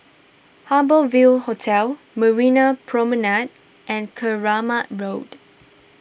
Harbour Ville Hotel Marina Promenade and Keramat Road